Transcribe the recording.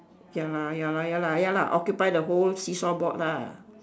ya lah ya lah ya lah ya lah occupy the whole see-saw board lah